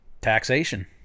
Taxation